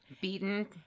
Beaten